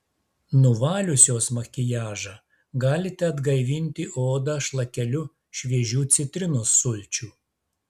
nuvaliusios makiažą galite atgaivinti odą šlakeliu šviežių citrinos sulčių